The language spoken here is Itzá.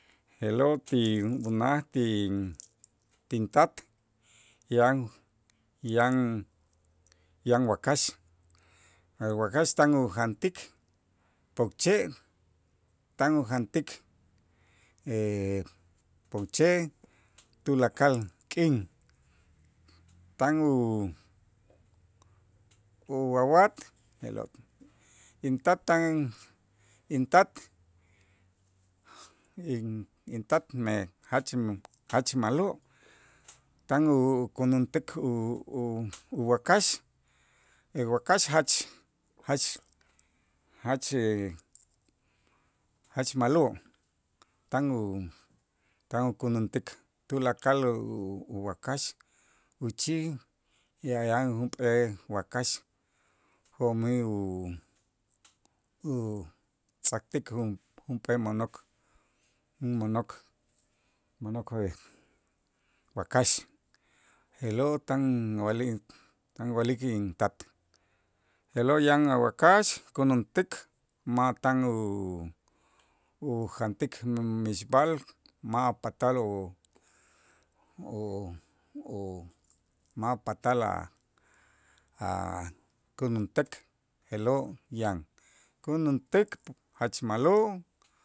Je'lo' ti unaj tin- tintat yan- yan- yan wakax wakax tan ujantik pokche', tan ujantik pokche' tulakal k'in, tan u- uwawat je'lo' intat tan intat in- intat me jach m jach ma'lo' tan ukänäntik u- u- uwakax, wakax jach jach jach jach ma'lo' tan u tan ukänäntik tulakal u- uwakax, uchij ya- yan junp'ee wakax jo'mij u- utz'ajtik junp'eel mo'nok mo'nok mo'nok wakax je'lo' tan inwa'lik tan inwa'lik intat je'lo' yan awakax känäntik ma' tan u- ujantik m- mixb'al ma' upatal u- u- u ma' patal a- akänäntik je'lo' yan, känäntik jach ma'lo'.